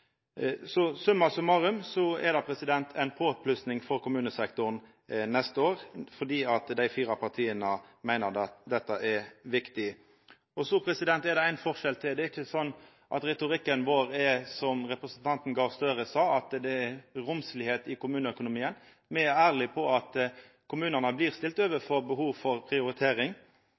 så viktig at her ønskjer regjering og storting å sikra at alle innbyggjarar får eit skikkeleg tilbod. Summa summarum er det altså ei påplussing for kommunesektoren neste år, fordi dei fire partia meiner at dette er viktig. Så er det ein forskjell til. Det er ikkje slik at retorikken vår er som representanten Gahr Støre sin, at det er romslegheit i kommuneøkonomien. Me er ærlege på at kommunane blir stilte overfor behov for